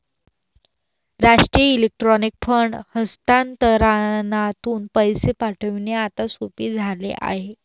राष्ट्रीय electronic fund हस्तांतरणातून पैसे पाठविणे आता सोपे झाले आहे